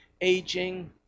Aging